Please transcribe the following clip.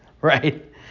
right